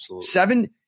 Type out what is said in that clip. seven –